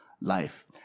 life